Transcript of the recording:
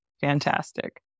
fantastic